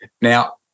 Now